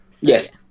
Yes